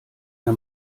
der